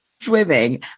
swimming